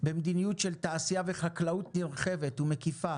במדיניות של תעשייה וחקלאות נרחבת ומקיפה